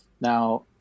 Now